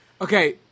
Okay